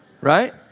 Right